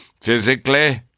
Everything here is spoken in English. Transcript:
Physically